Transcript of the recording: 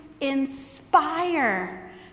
inspire